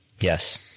Yes